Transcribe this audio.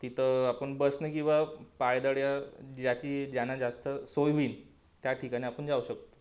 तिथं आपण बसनं किंवा पायदळ ज्याची ज्याने जास्त सोय होईल त्या ठिकाणी आपण जाऊ शकतो